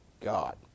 God